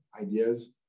ideas